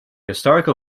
historical